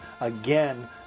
again